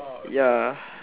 ya